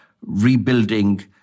rebuilding